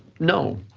no.